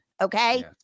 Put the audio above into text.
Okay